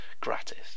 gratis